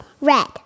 red